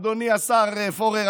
אדוני השר פורר,